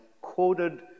quoted